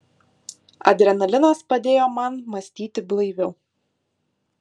adrenalinas padėjo man mąstyti blaiviau